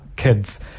Kids